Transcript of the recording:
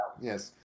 yes